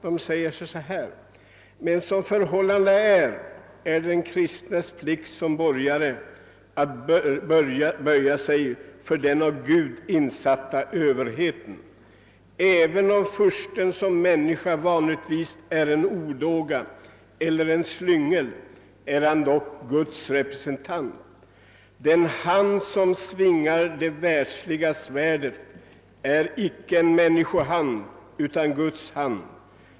Jo, de säger: »Men som förhållandena är, är det den kristnes plikt som borgare att böja sig för den av Gud insatta överheten. Även om fursten som människa vanligtvis är en odåga eller en slyngel, är han dock Guds representant. ”Den hand som svingar det världsliga svärdet är icke en människohand utan Guds hand.